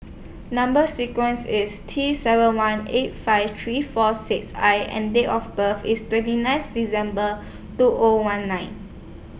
Number sequence IS T seven one eight five three four six I and Date of birth IS twenty ninth December two O one nine